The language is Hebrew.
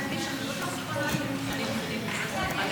כבוד השר, חבריי חברי הכנסת,